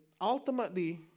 ultimately